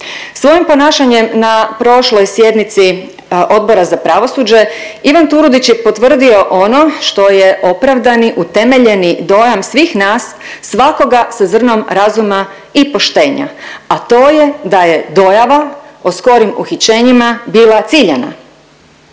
Svojim ponašanjem na prošloj sjednici Odbora za pravosuđe Ivan Turudić je potvrdio ono što je opravdani, utemeljeni dojam svih nas, svakoga sa zrnom razuma i poštenja, a to je da je dojava o skorim uhićenjima bila ciljana.